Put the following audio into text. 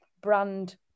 brand